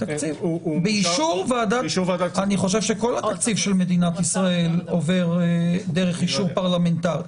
אני חושב שכל התקציב של מדינת ישראל עובר דרך אישור פרלמנטרי.